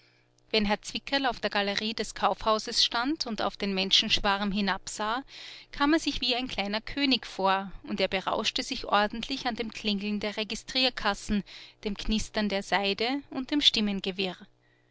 wenn herr zwickerl auf der galerie des kaufhauses stand und auf den menschenschwarm hinabsah kam er sich wie ein kleiner könig vor und er berauschte sich ordentlich an dem klingeln der registrierkassen dem knistern der seide und dem